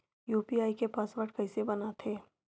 UPI के password कइसे बनाथे?